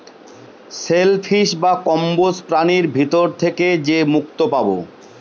shell fish বা কম্বোজ প্রাণীর ভিতর থেকে যে মুক্তো পাবো